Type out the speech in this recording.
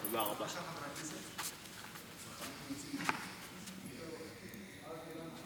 חברי הכנסת, אקרא בפניכם את נוסח הצהרת